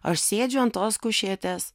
aš sėdžiu ant tos kušetės